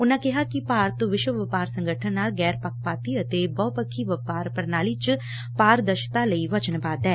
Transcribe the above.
ਉਨੂਾ ਕਿਹਾ ਕਿ ਭਾਰਤ ਵਿਸ਼ਵ ਸੰਗਠਨ ਨਾਲ ਗੈਰ ਪੱਖਪਾਤੀ ਅਤੇ ਬਹੁਪੱਖੀ ਵਪਾਰ ਪ੍ਰਣਾਲੀ ਚ ਪਾਰਦਰਸ਼ਤਾ ਲਈ ਵਚਨਬੱਧ ਐ